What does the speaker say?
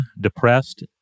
depressed